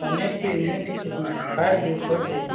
औरऔ net कि net कितना है फाइव जी फोर जी